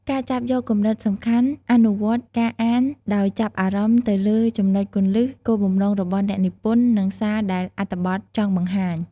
ការចាប់យកគំនិតសំខាន់ អនុវត្តការអានដោយចាប់អារម្មណ៍ទៅលើចំណុចគន្លឹះ គោលបំណងរបស់អ្នកនិពន្ធ និងសារដែលអត្ថបទចង់បង្ហាញ។